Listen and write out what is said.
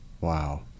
Wow